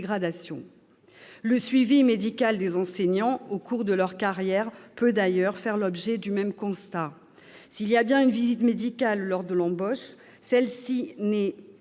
Le suivi médical des enseignants au cours de leur carrière peut d'ailleurs faire l'objet du même constat : s'il y a bien une visite médicale lors de l'embauche, aucune